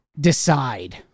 decide